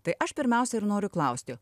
tai aš pirmiausia ir noriu klausti